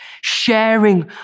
sharing